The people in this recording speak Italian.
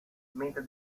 mentre